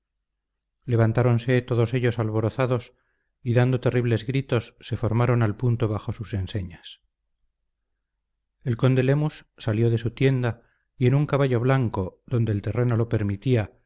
levantáronse todos ellos alborozados y dando terribles gritos se formaron al punto bajo sus enseñas el conde lemus salió de su tienda y en un caballo blanco donde el terreno lo permitía